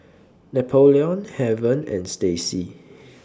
Napoleon Heaven and Stacy